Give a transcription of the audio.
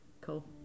cool